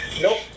nope